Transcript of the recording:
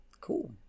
Cool